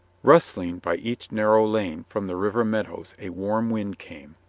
rustling by each narrow lane from the river meadows a warm wind came,